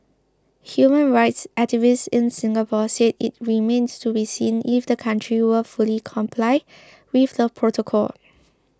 human rights activists in Singapore said it remained to be seen if the country would fully comply with the protocol